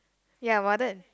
ya